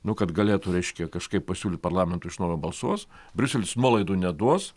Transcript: nu kad galėtų reiškia kažkaip pasiūlyt parlamentui iš naujo balsuos briuselis nuolaidų neduos